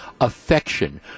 affection